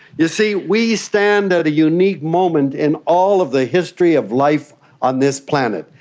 you see, we stand at a unique moment in all of the history of life on this planet.